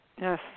yes